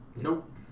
Nope